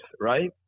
right